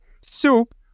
soup